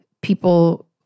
people